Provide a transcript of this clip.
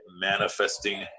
manifesting